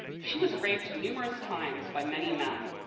she was raped numerous times by many men.